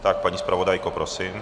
Tak, paní zpravodajko, prosím.